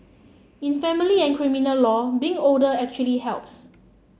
in family and criminal law being older actually helps